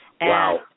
Wow